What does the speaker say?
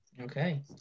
Okay